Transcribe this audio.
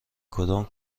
کدام